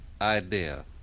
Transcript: idea